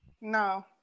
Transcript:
No